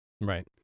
Right